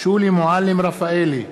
שולי מועלם-רפאלי,